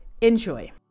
enjoy